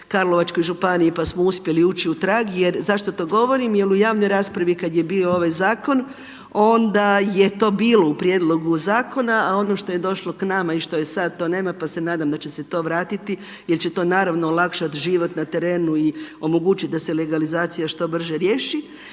Karlovačkoj županiji, pa smo uspjeli ući u trag. Zašto to govorim? Jer u javnoj raspravi kada je bio ovaj zakon onda je to bilo u prijedlogu zakona, a ono što je došlo k nama i što je sada to nema, pa se nadam da će se to vratiti jer će to naravno olakšati život na terenu i omogućiti da se legalizacija što brže riješi